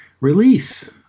release